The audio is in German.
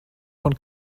von